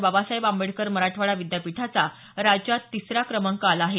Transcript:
बाबासाहेब आंबेडकर मराठवाडा विद्यापीठाचा राज्यात तिसरा क्रमांक आला आहे